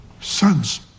sons